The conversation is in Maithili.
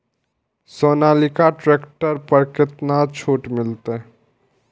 सोनालिका ट्रैक्टर पर केतना छूट मिलते?